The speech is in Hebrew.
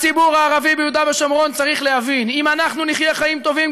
הציבור הערבי ביהודה ושומרון צריך להבין: אם אנחנו נחיה חיים טובים,